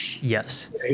Yes